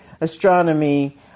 astronomy